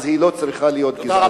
אז היא לא צריכה להיות גזענית.